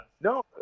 no